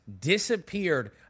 disappeared